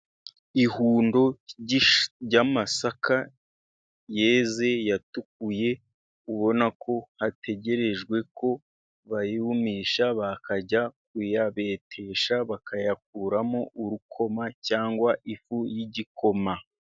Ihundo ry'amasaka yeze yatukuye ubona ko hategerejwe ko bayumisha, bakajya kuyabetesha bakayakuramo urukoma cyangwa ifu y'igikoma.